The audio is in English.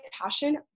passion